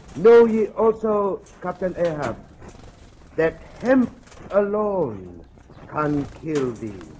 no, he also got an error that him alone can kill thee